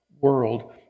world